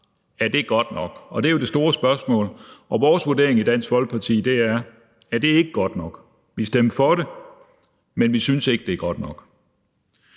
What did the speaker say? er godt nok, og det er jo det store spørgsmål. Vores vurdering i Dansk Folkeparti er, at det ikke er godt nok – vi stemte for det, men vi synes ikke, at det er godt nok.